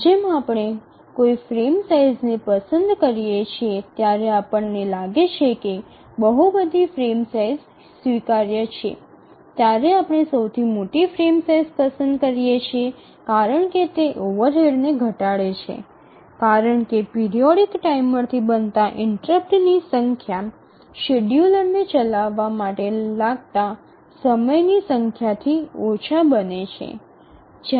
જેમ જેમ આપણે કોઈ ફ્રેમ સાઇઝ ને પસંદ કરીએ છીએ ત્યારે આપણને લાગે છે કે બહુ બધી ફ્રેમ સાઇઝ સ્વીકાર્ય છે ત્યારે આપણે સૌથી મોટી ફ્રેમ સાઇઝ પસંદ કરીએ છીએ કારણ કે તે ઓવરહેડને ઘટાડે છે કારણ કે પિરિયોડિક ટાઈમરથી બનતા ઇન્ટરપ્ટની સંખ્યા શેડ્યૂલર ને ચાલવા માટે લગતા સમયની સંખ્યાથી ઓછા બને છે